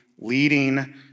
leading